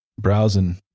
browsing